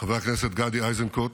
חבר הכנסת גדי איזנקוט,